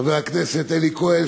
חבר הכנסת אלי כהן,